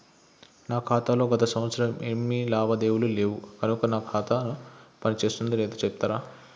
నా ఖాతా లో గత సంవత్సరం ఏమి లావాదేవీలు లేవు కనుక నా ఖాతా పని చేస్తుందో లేదో చెప్తరా?